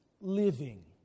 living